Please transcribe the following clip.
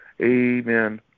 Amen